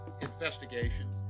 investigation